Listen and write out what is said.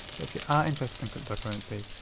but if you are interested in cryptocurrency,